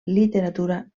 literatura